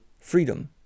freedom